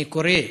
אני קורא,